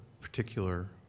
particular